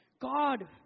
God